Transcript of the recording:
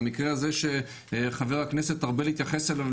המקרה הזה שחבר הכנסת ארבל התייחס אליו,